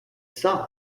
song